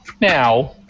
Now